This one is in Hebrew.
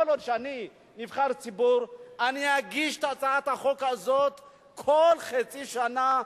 כל עוד אני נבחר ציבור אני אגיש את הצעת החוק הזאת כל חצי שנה,